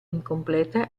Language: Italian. incompleta